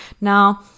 Now